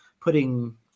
putting